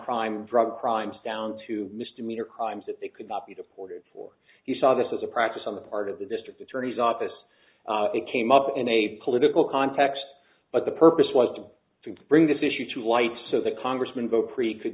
crime drug crimes down to misdemeanor crimes that they could not be deported for he saw this as a practice on the part of the district attorney's office it came up in a political context but the purpose was to bring this issue to light so the congressman vote free could